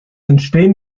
entstehen